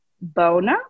Bona